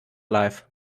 life